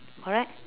alright